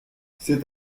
cet